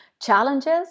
challenges